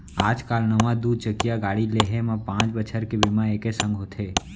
आज काल नवा दू चकिया गाड़ी लेहे म पॉंच बछर के बीमा एके संग होथे